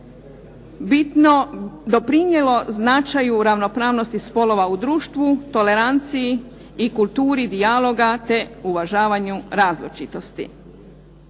bitno doprinijelo značaju ravnopravnosti spolova u društvu, toleranciji i kulturi dijaloga te uvažavanju različitosti.